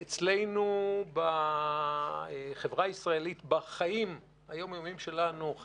אצלנו בחברה הישראלית בחיי היום יום,